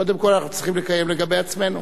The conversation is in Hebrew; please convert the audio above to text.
קודם כול אנחנו צריכים לקיים לגבי עצמנו,